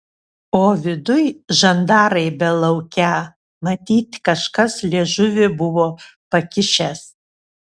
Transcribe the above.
o viduj žandarai belaukią matyt kažkas liežuvį buvo pakišęs